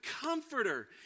comforter